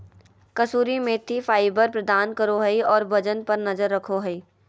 कसूरी मेथी फाइबर प्रदान करो हइ और वजन पर नजर रखो हइ